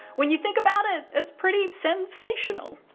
when you think about it, it's pretty sense-ational!